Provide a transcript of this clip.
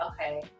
okay